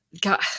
God